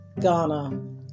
Ghana